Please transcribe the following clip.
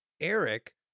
Eric